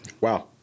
Wow